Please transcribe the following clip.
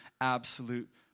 absolute